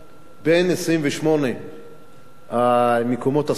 בין 28 המקומות הסופיים